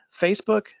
facebook